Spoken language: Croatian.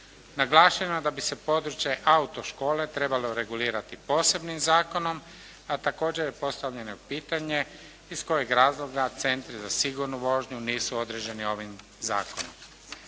Naglašeno je da bi se područje auto-škole trebalo regulirati posebnim zakonom a također je postavljeno pitanje iz kojeg razloga centri za sigurnu vožnju nisu određeni ovim zakonom?